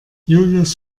julius